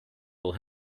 will